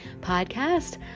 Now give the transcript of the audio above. podcast